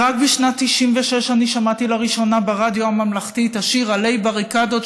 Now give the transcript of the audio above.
ורק בשנת 1996 שמעתי לראשונה ברדיו הממלכתי את השיר "עלי בריקדות",